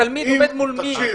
התלמיד עומד מול מי?